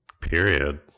Period